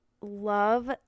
love